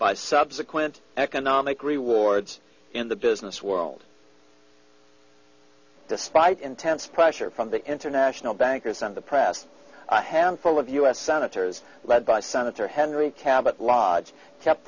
by subsequent economic rewards in the business world despite intense pressure from the international bankers and the press a handful of u s senators led by senator henry cabot lodge kept